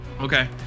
Okay